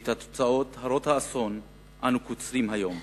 ואת התוצאות הרות האסון אנחנו קוצרים היום.